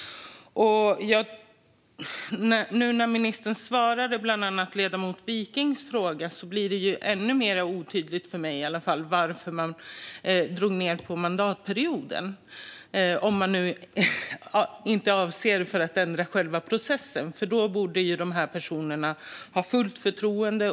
Nu när ministern besvarade bland annat ledamoten Mats Wikings fråga blev det ännu mer otydligt för mig varför man förkortade mandatperioden, om man nu inte avser att ändra själva processen. Då borde dessa personer åtnjuta fullt förtroende.